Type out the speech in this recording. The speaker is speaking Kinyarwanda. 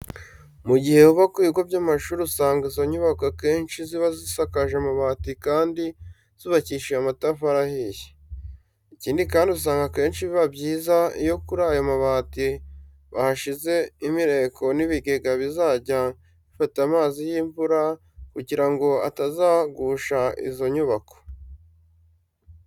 Mu gihe hubakwa ibigo by'amashuri usanga izo nyubako akenshi ziba zisakaje amabati kandi zubakishije amatafari ahiye. Ikindi kandi usanga akenshi biba byiza iyo kuri ayo mabati bahashyize imireko n'ibigega bizajya bifata amazi y'imvura kugira ngo atazagusha izo nyubako.